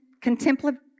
contemplative